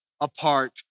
apart